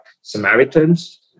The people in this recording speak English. Samaritans